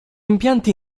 impianti